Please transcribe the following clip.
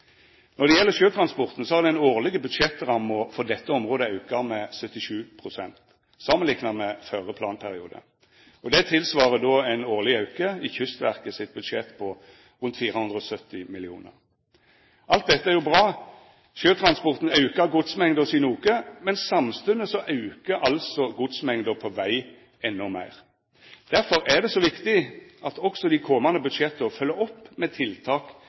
Når det gjeld sjøtransporten, har den årlege budsjettramma for dette området auka med 77 pst. samanlikna med førre planperiode. Det tilsvarar ein årleg auke i Kystverket sitt budsjett på rundt 470 mill. kr. Alt dette er jo bra. Sjøtransporten aukar godsmengda noko, men samstundes aukar altså godsmengda på veg endå meir. Derfor er det så viktig at også dei komande budsjetta følgjer opp med tiltak